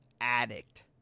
addict